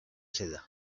seda